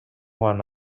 juan